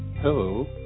Hello